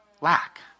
lack